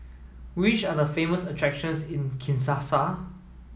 which are the famous attractions in Kinshasa